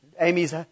Amy's